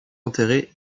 intérêt